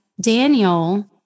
Daniel